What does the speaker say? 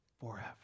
forever